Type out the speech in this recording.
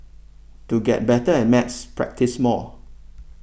to get better at maths practise more